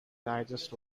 digest